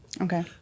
Okay